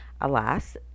alas